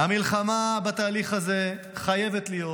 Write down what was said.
המלחמה בתהליך הזה חייבת להיות,